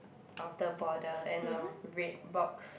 outer border and a red box